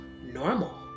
normal